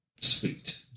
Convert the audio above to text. Sweet